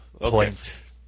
point